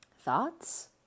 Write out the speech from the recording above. thoughts